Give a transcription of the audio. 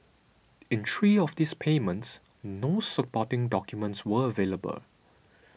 in three of these payments no supporting documents were available